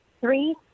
three